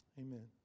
Amen